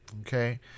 Okay